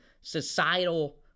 societal